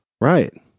Right